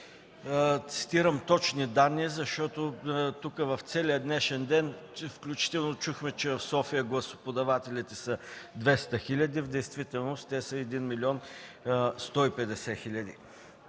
цитирам точни данни, защото тук в целия днешен ден, включително чухме, че в София гласоподавателите са 200 хиляди, а в действителност те са 1 млн. 150 хиляди.